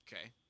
okay